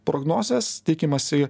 prognozes tikimasi